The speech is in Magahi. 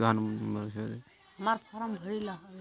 हम्मर फारम भरे ला न आबेहय?